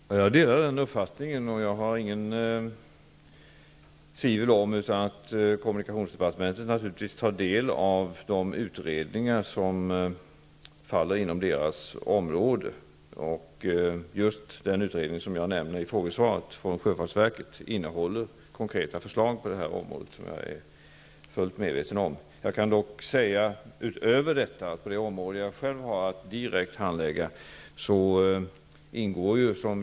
Fru talman! Jag delar den uppfattningen och hyser inga tvivel om att man på kommunikationsdepartementet tar del av de utredningar som faller inom dess område. Just den utredning från sjöfartsverket, som jag nämner i frågesvaret, innehåller konkreta förslag på detta område, något som jag är fullt medveten om. Utöver detta ingår, på det område som jag själv har att handlägga direkt, miljöklassning av bränslen.